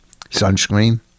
sunscreen